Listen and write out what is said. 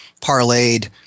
parlayed